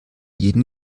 jeden